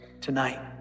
tonight